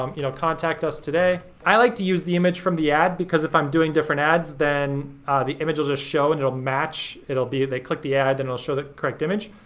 um you know, contact us today. i like to use the image from the ad because if i'm doing different ads then the images'll show and it'll match, it'll be that they clicked the ad then it'll show the correct image.